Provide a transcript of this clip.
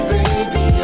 Baby